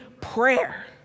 prayer